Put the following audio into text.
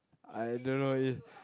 I don't know is